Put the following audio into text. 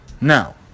Now